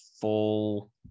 full